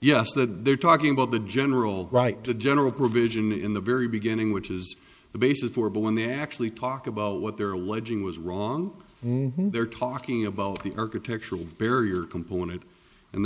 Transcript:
yes that they're talking about the general right to general provision in the very beginning which is the basis for but when they actually talk about what they're alleging was wrong they're talking about the architectural barrier component and